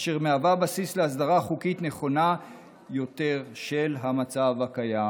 אשר מהווה בסיס להסדרה חוקית נכונה יותר של המצב הקיים.